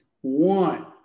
One